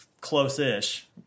Close-ish